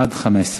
והיא חרבה כמוה.